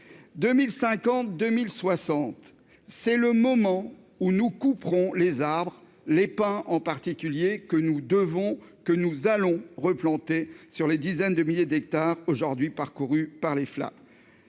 2050 à 2060, ce sera le moment où nous couperons les arbres- les pins en particulier -que nous allons replanter sur les dizaines de milliers d'hectares aujourd'hui détruits par les flammes.